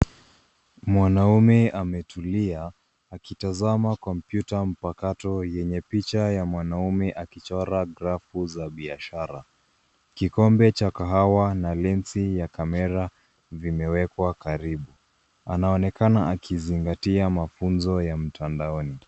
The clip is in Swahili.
Mwanamume ametulia akitazama kompyuta mpakato yenye picha ya mwanaume akichora grafu za biashara. Kikombe cha kahawa na lensi ya kamera vimewekwa karibu. Anaonekana akizingatia mafunzo ya mtandaoni.